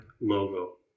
logo